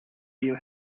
you